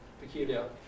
peculiar